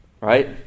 Right